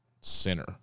Center